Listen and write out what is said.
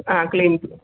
ആ ക്ലീൻ ച്